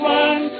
one